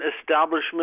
establishment